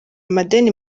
amadeni